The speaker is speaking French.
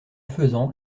faisant